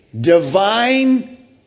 divine